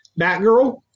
Batgirl